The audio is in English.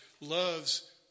loves